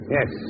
Yes